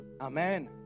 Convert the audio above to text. amen